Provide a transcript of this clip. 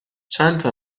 چندتا